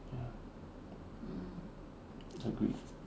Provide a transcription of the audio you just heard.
agree